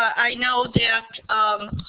i know that um